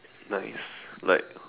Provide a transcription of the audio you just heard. nice like